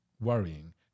worrying